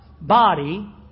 body